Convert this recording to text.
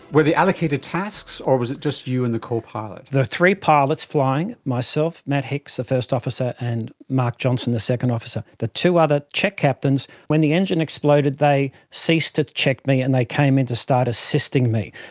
were they allocated tasks or was it just you and the co-pilot? there were three pilots flying myself, matt hicks the first officer, and mark johnson the second officer. the two other check captains, when the engine exploded they ceased to check me and they came in to start assisting me.